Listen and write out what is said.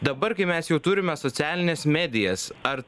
dabar kai mes jau turime socialines medijas ar